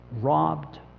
robbed